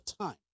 time